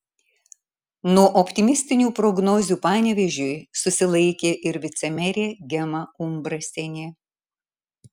nuo optimistinių prognozių panevėžiui susilaiko ir vicemerė gema umbrasienė